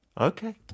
Okay